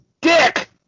dick